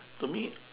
to me